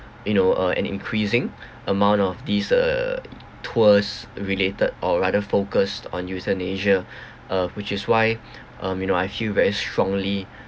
you know uh an increasing amount of these err tours related or rather focused on euthanasia uh which is why uh you know I feel very strongly